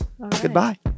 Goodbye